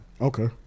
Okay